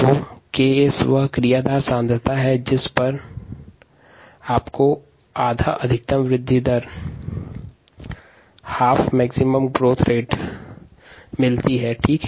𝐾𝑆 क्रियाधार की वह सांद्रता है जिस पर अधिकतम विशिष्ट वृद्धि दर आधी होती है